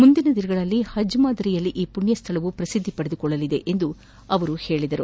ಮುಂದಿನ ದಿನಗಳಲ್ಲಿ ಪಜ್ ಮಾದರಿಯಲ್ಲೇ ಈ ಮಣ್ಯಸ್ಥಳವೂ ಪ್ರಸಿದ್ದಿ ಪಡೆದುಕೊಳ್ಳಲಿದೆ ಎಂದು ತಿಳಿಸಿದರು